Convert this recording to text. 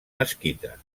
mesquita